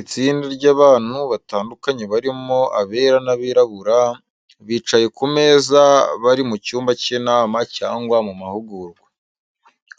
Itsinda ry’abantu batandukanye barimo abera n’abirabura, bicaye ku meza bari mu cyumba cy’inama cyangwa mu mahugurwa.